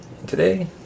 today